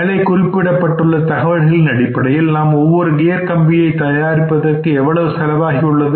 மேலே குறிப்பிடப்பட்டுள்ள தகவல்களின் அடிப்படையில் நாம் ஒவ்வொரு கியர் கம்பியை தயாரிப்பதற்கு எவ்வளவு செலவாகி உள்ளது